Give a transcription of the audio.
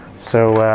so ah,